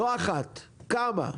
לא אחת, כמה,